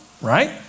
right